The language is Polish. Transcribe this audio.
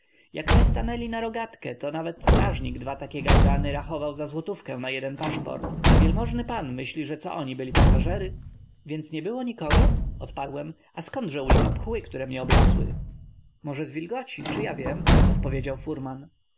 my stanęli na rogatce to nawet strażnik dwa takie gałgany rachował za złotówkę na jeden paszport a wielmożny pan myśli co oni byli pasażery więc nie było nikogo odparłem a zkądże u licha pchły które mnie oblazły może z wilgoci czy ja wiem odpowiedział furman